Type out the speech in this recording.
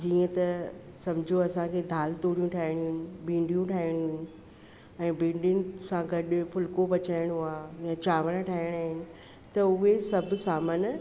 जीअं त सम्झो असांखे दाल तुरियूं ठाहिणी आहिनि भींडियूं ठाहिणी आहिनि ऐं भींडियुनि सां गॾु फुल्को पचाइणो आहे या चांवर ठाहिणा आहिनि त उहे सभु सामान